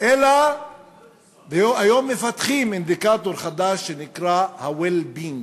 אלא היום מפתחים אינדיקטור חדש שנקרא ה-well-being.